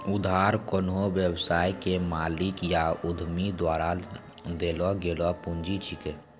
उधार कोन्हो व्यवसाय के मालिक या उद्यमी द्वारा देल गेलो पुंजी छिकै